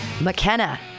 McKenna